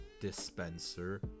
dispenser